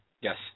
Yes